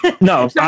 No